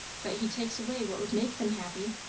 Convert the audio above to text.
but he takes away what would make them happy?